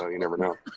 ah you never know.